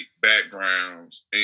backgrounds